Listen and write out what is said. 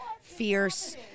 fierce